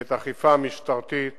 ואת האכיפה המשטרתית